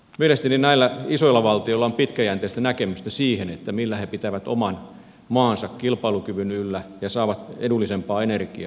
mielestäni näillä isoilla valtioilla on pitkäjänteistä näkemystä siihen millä he pitävät oman maansa kilpailukyvyn yllä ja saavat edullisempaa energiaa